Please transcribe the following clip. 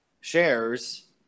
shares